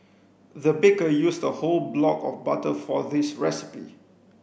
the baker used a whole block of butter for this recipe